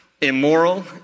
immoral